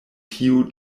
tiu